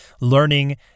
learning